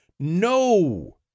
No